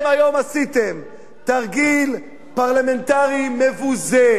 אתם היום עשיתם תרגיל פרלמנטרי מבוזה.